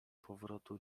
powrotu